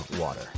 water